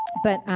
but,